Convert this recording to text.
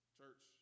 church